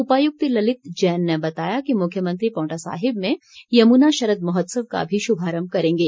उपायुक्त ललित जैन ने बताया कि मुख्यमंत्री पांवटा साहिब में यमुना शरद महोत्सव का भी श्भारम्भ करेंगे